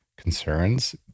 concerns